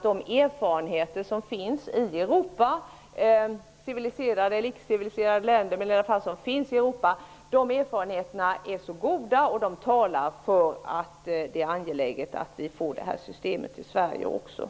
De erfarenheter som finns i Europa, i civiliserade eller icke-civiliserade länder, är så goda, och de talar för att det är angeläget att vi också i Sverige får detta system.